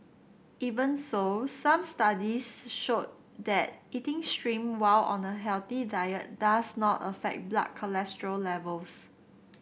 even so some studies show that eating shrimp while on a healthy diet does not affect blood cholesterol levels